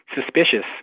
suspicious